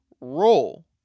role